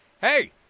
hey